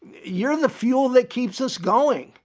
you're and the fuel that keeps us going.